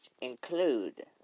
include